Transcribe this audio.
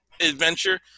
adventure